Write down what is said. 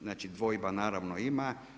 Znači dvojba naravno ima.